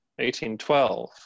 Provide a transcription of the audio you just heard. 1812